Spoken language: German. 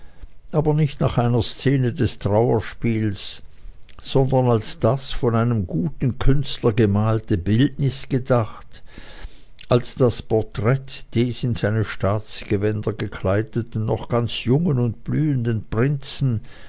aber nicht nach einer szene des trauerspieles sondern als das von einem guten künstler gemalte bildnis gedacht als das porträt des in seine staatsgewänder gekleideten noch ganz jungen und blühenden prinzen